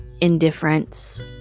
indifference